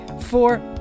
four